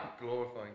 Glorifying